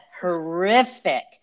horrific